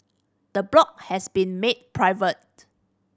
the blog has been made private